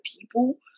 people